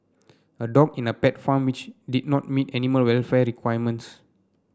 a dog in a pet farm which did not meet animal welfare requirements